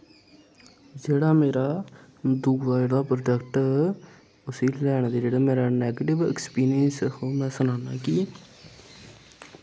जेह्ड़ा मेरा दूआ जेह्ड़ा प्रोडक्ट ऐ ओह्दे च अपना थोह्ड़ा नेगैटिव एक्सपीरियंस थोह्ड़ा सनांऽ कि